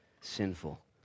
sinful